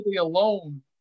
alone